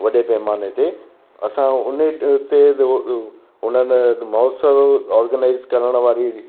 वॾे पैमाने ते असां हुन ते जे को उन्हनि महोत्सव ऑर्गेनाइज़ करण वारी